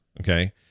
okay